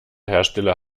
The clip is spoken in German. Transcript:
hersteller